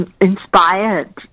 inspired